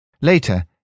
Later